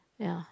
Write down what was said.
ya